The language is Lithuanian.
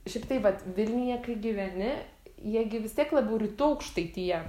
šiaip tai vat vilniuje kai gyveni jie gi vis tiek labiau rytų aukštaitija